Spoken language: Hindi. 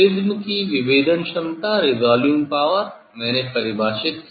प्रिज़्म की विभेदन क्षमता मैंने परिभाषित किया